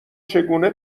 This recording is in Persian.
چگونه